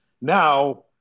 Now